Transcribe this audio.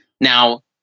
Now